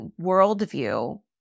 worldview